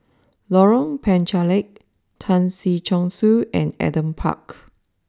Lorong Penchalak Tan Si Chong Su and Adam Park